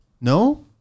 No